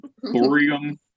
Thorium